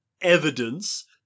evidence